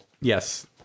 Yes